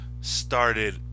started